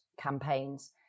campaigns